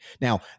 Now